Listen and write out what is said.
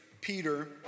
Peter